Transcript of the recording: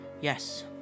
Yes